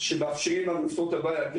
שמאפשרים לנו לפתור את הבעיה.